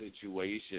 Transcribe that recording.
situation